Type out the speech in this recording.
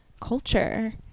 culture